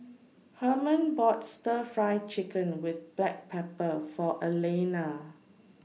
Herman bought Stir Fry Chicken with Black Pepper For Alayna